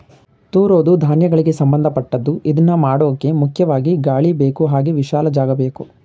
ತೂರೋದೂ ಧಾನ್ಯಗಳಿಗೆ ಸಂಭಂದಪಟ್ಟದ್ದು ಇದ್ನಮಾಡೋಕೆ ಮುಖ್ಯವಾಗಿ ಗಾಳಿಬೇಕು ಹಾಗೆ ವಿಶಾಲ ಜಾಗಬೇಕು